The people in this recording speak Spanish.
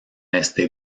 este